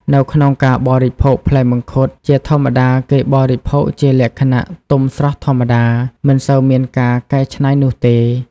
នៅក្នុងការបរិភោគផ្លែមង្ឃុតជា ធម្មតាគេបរិភោគជាលក្ខណៈ ទុំស្រស់ធម្មតា មិនសូវមានការកៃច្នៃនោះទេ។